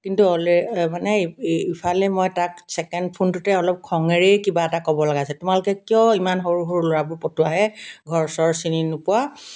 কিন্তু অলৰে মানে ইফালে মই তাক ছেকেণ্ড ফোনটোতে অলপ খঙেৰেই কিবা এটা ক'ব লগা হৈছে তোমালোকে কিয় ইমান সৰু সৰু ল'ৰাবোৰ পঠোৱা হে ঘৰ চৰ চিনি নোপোৱা